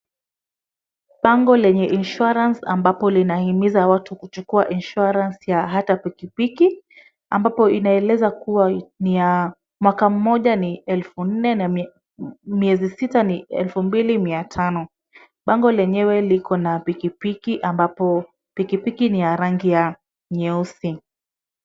Bango lenye insurance ambapo linahimiza watu kuchukua insurance ya hata piki piki, ambapo inaeleza kuwa mwaka mmoja ni elfu nne na miezi sita ni elfu mbili mia tano. Bango lenyewe liko na piki piki ambapo piki piki ni ya rangi nyeusi.